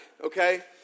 okay